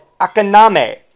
Akaname